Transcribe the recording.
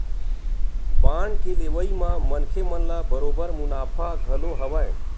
bond के लेवई म मनखे मन ल बरोबर मुनाफा घलो हवय